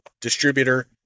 distributor